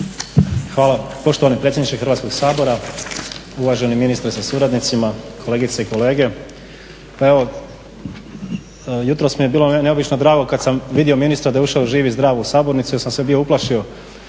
Hvala poštovani predsjedniče Hrvatskog sabora, uvaženi ministre sa suradnicima, kolegice i kolege. Pa evo jutros mi je bilo neobično drago kad sam vidio ministra da je ušao živ i zdrav u sabornicu, jer sam se bio uplašio